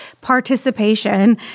participation